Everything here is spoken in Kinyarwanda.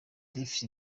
davis